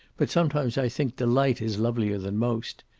but sometimes i think delight is lovelier than most.